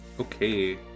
Okay